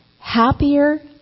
happier